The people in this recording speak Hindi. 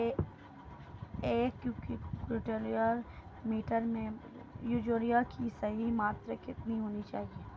एक क्विंटल मटर में यूरिया की सही मात्रा कितनी होनी चाहिए?